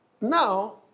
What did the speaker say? Now